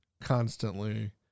constantly